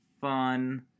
fun